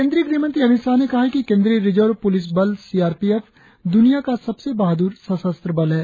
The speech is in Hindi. केंद्रीय गृहमंत्री अमित शाह ने कहा है कि केंद्रीय रिजर्व पुलिस बल सी आर पी एफ दुनिया का सबसे बहादुर सशस्त्र बल है